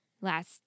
last